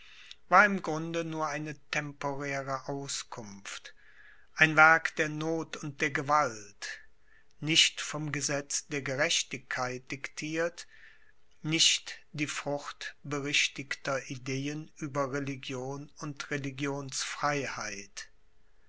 war im grunde nur eine temporäre auskunft ein werk der noth und der gewalt nicht vom gesetz der gerechtigkeit dictiert nicht die frucht berichtigter ideen über religion und religionsfreiheit